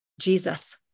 Jesus